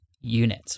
UNIT